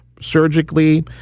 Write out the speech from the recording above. surgically